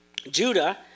Judah